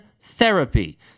therapy